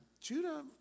Judah